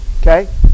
Okay